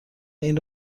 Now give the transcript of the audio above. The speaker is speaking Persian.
این